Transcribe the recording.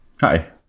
Hi